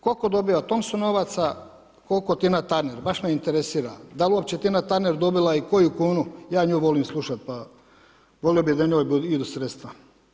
Koliko dobiva Thompson novaca, koliko Tina Turner, baš me interesira da li je uopće Tina Turner dobila i koju kunu, ja ju volim slušati, pa volio bi da i njoj idu sredstva.